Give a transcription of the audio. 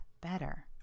better